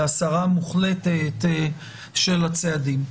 להסרה מוחלטת של הצעדים,